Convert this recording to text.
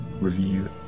review